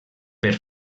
per